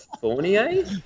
Fournier